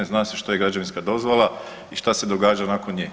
Zna se što je građevinska dozvola i šta se događa nakon nje.